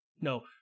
no